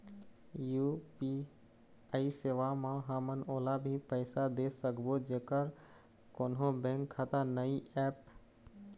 UPI सेवा म हमन ओला भी पैसा दे सकबो जेकर कोन्हो बैंक खाता नई ऐप?